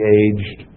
aged